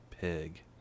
Pig